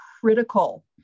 critical